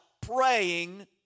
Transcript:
praying